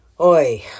Oi